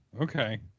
okay